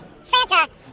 Santa